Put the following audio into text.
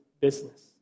business